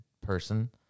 person